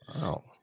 Wow